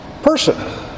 person